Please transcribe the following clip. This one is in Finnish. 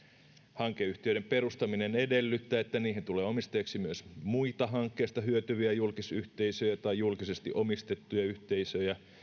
hankeyhtiöiden perustaminen edellyttää että niihin tulee omistajiksi myös muita hankkeesta hyötyviä julkisyhteisöjä tai julkisesti omistettuja yhteisöjä